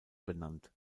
benannt